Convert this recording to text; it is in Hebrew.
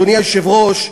אדוני היושב-ראש,